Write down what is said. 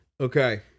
Okay